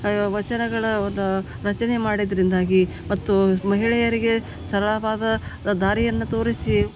ವಚನಗಳ ರಚನೆ ಮಾಡಿದ್ದರಿಂದಾಗಿ ಮತ್ತು ಮಹಿಳೆಯರಿಗೆ ಸರಳವಾದ ದಾರಿಯನ್ನು ತೋರಿಸಿ